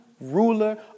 ruler